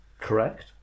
correct